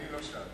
אני לא שאלתי.